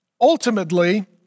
ultimately